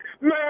Man